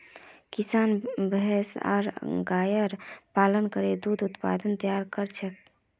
किसान भैंस आर गायर पालन करे दूध उत्पाद तैयार कर छेक